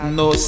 no